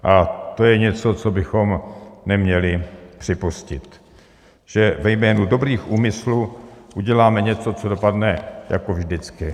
A to je něco, co bychom neměli připustit, že ve jménu dobrých úmyslů uděláme něco, co dopadne jako vždycky.